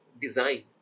design